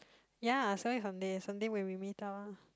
ya Saturday Sunday Sunday when we meet up ah